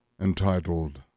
entitled